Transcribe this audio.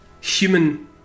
human